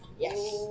Yes